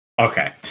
Okay